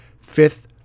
fifth